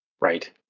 Right